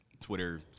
Twitter